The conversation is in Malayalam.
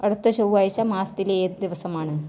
അടുത്ത ചൊവ്വാഴ്ച മാസത്തിലെ ഏത് ദിവസമാണ്